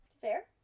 Fair